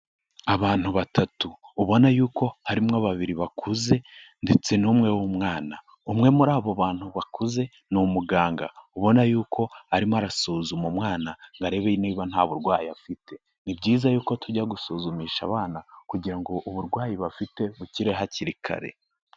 Abantu batatu ubona yuko harimwo babiri bakuze ndetse n'umwe w'umwana. Umwe muri abo bantu bakuze, ni umuganga ubona yuko arimo arasuzuma umwana arebe niba nta burwayi afite. Ni byiza yuko tujya gusuzumisha abana, kugira ngo uburwayi bafite bukire hakiri kare.